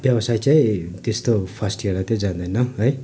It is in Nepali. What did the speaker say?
व्यवसाय चाहिँ त्यस्तो फस्टिएर चाहिँ जाँदैन है